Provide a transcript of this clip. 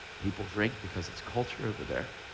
people drink because it's culture over there.